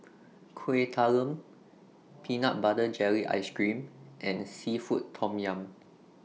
Kueh Talam Peanut Butter Jelly Ice Cream and Seafood Tom Yum